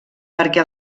perquè